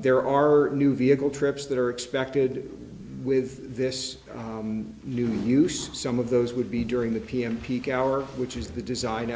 there are new vehicle trips that are expected with this new use some of those would be during the pm peak hour which is the design